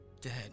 dead